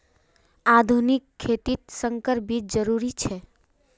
आधुनिक खेतित संकर बीज जरुरी छे